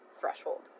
threshold